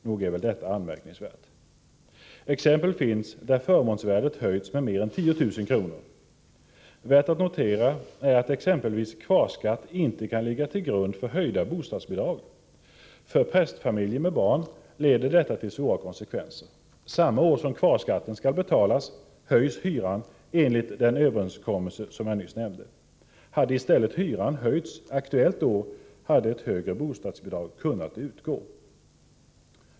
Nog är väl detta anmärkningsvärt. Exempel finns där förmånsvärdet höjts med mer än 10 000 kr. Värt att notera är att exempelvis kvarskatt inte kan ligga till grund för höjda bostadsbidrag. För prästfamiljer med barn leder detta till svåra konsekvenser. Samma år som kvarskatten skall betalas höjs hyran enligt den överenskommelse som jag nyss nämnde. Hade hyran i stället höjts aktuellt år, hade ett högre bostadsbidrag kunnat utgå.